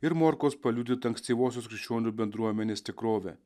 ir morkaus paliudytą ankstyvosios krikščionių bendruomenės tikrovę